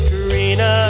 Karina